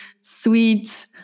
sweet